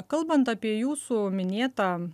kalbant apie jūsų minėtą